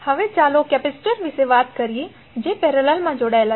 હવે ચાલો કેપેસિટર વિશે વાત કરીએ જે પેરેલલમા જોડાયેલા છે